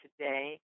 today